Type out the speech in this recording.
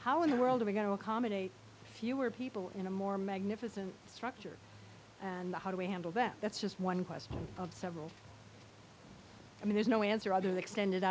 how in the world are we going to accommodate fewer people in a more magnificent structure and how do we handle them that's just one question of several i mean there's no answer other the extended